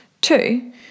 Two